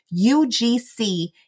UGC